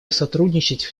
сотрудничать